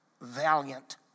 valiant